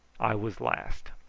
i was last.